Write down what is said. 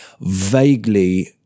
vaguely